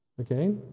Okay